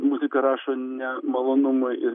muziką rašo ne malonumui ir